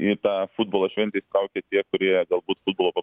į tą futbolo šventę įsitraukia tie kurie galbūt futbolo